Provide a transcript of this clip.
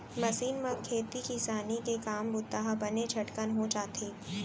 machine म खेती किसानी के काम बूता ह बने झटकन हो जाथे